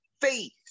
faith